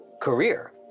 career